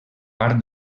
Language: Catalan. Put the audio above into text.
part